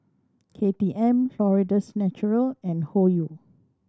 K T M Florida's Natural and Hoyu